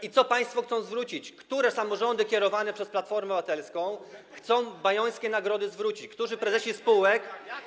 i co państwo chcą zwrócić, które samorządy kierowane przez Platformę Obywatelską chcą zwrócić bajońskie nagrody, którzy prezesi spółek.